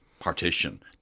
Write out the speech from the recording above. Partition